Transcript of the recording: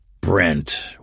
Brent